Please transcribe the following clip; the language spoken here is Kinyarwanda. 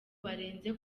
barenze